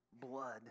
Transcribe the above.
blood